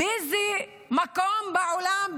באיזה מקום בעולם,